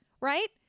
right